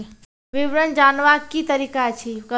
विवरण जानवाक की तरीका अछि?